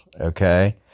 Okay